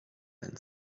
man